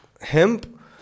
hemp